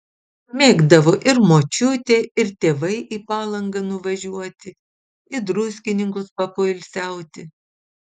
mėgdavo ir močiutė ir tėvai į palangą nuvažiuoti į druskininkus papoilsiauti